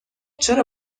چرا